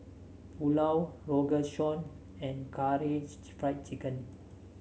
Pulao Rogan Josh and Karaage Fried Chicken